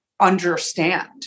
understand